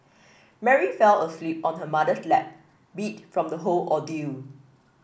Mary fell asleep on her mother's lap beat from the whole ordeal